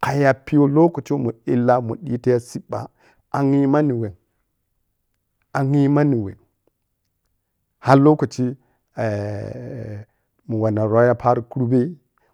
kayapi lokaci mun illa mun ɓita ya cibba angye manni weh angye manni weh har lokaci eh mu manni rho ya paro kurbe.